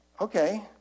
Okay